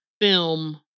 film